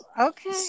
Okay